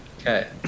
Okay